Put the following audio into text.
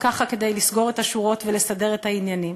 ככה כדי לסגור את השורות ולסדר את העניינים.